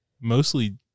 Mostly